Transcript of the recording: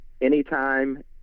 anytime